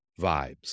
vibes